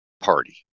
party